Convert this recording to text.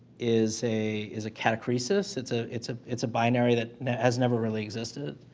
is a is a catechesis. it's a it's a it's a binary that has never really existed